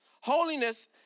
Holiness